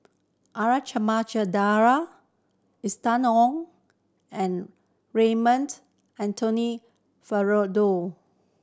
R Ramachandran Austen Ong and Raymond Anthony Fernando